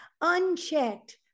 unchecked